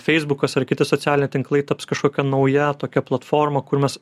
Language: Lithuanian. feisbukas ar kiti socialiniai tinklai taps kažkokia nauja tokia platforma kur mes